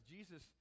Jesus